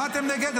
מה אתם נגד?